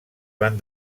van